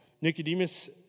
Nicodemus